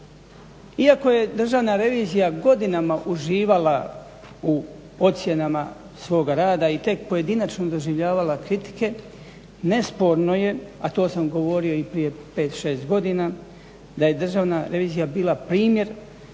Iako je Državna revizija godinama uživala u ocjenama svoga rada i tek pojedinačno doživljavala kritike nesporno je, a to sam govorio i prije pet, šest godina da je Državna revizija bila primjer